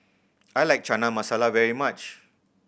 I like Chana Masala very much